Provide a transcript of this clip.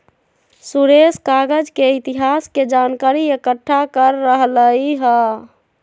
सुरेश कागज के इतिहास के जनकारी एकट्ठा कर रहलई ह